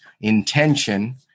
intention